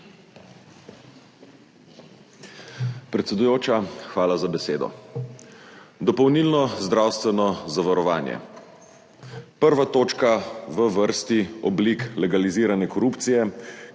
Predsedujoča, hvala za besedo. Dopolnilno zdravstveno zavarovanje, prva točka v vrsti oblik legalizirane korupcije,